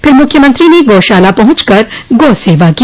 फिर मुख्यमंत्री ने गौशाला पहुंचकर गो सेवा की